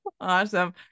Awesome